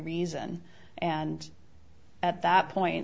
reason and at that point